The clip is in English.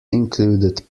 included